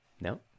no